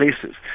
places